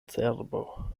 cerbo